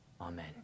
Amen